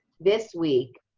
this week,